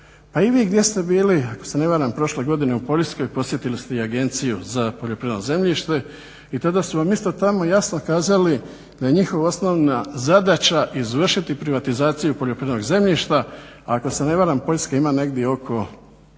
Pa i vi gdje ste bili ako se ne varam prošle godine u Poljskoj posjetili ste i Agenciju za poljoprivredno zemljište i tada su vam tamo isto jasno kazali da je njihova osnovna zadaća izvršiti privatizaciju poljoprivrednog zemljišta. ako se ne varam Poljska ima negdje oko